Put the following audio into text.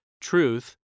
Truth